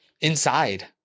Inside